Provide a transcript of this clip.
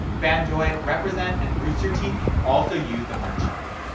fanjoy, represent, and rooster teeth can also use the merch shelf.